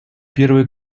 первый